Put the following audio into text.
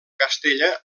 castella